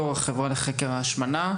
יו"ר החברה הישראלית לחקר וטיפול בהשמנה.